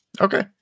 Okay